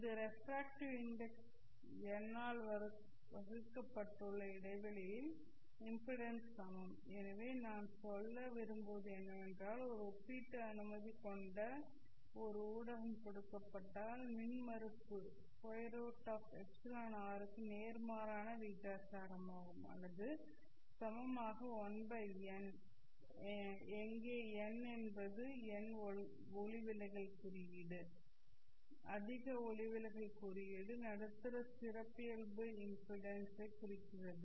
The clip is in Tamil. இது ரெஃப்ரக்ட்டிவ் இன்டெக்ஸ் n ஆல் வகுக்கப்பட்டுள்ள இடைவெளியில் இம்பிடென்ஸ் சமம் எனவே நான் சொல்ல விரும்புவது என்னவென்றால் ஒரு ஒப்பீட்டு அனுமதி கொண்ட ஒரு ஊடகம் கொடுக்கப்பட்டால் மின்மறுப்பு √εr க்கு நேர்மாறான விகிதாசாரமாகும் அல்லது சமமாக 1 n எங்கே n என்பது n ஒளிவிலகல் குறியீடு அதிக ஒளிவிலகல் குறியீடு நடுத்தர சிறப்பியல்பு இம்பிடென்ஸ் க் குறைக்கிறது